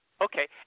Okay